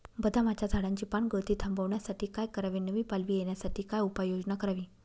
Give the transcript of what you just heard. बदामाच्या झाडाची पानगळती थांबवण्यासाठी काय करावे? नवी पालवी येण्यासाठी काय उपाययोजना करावी?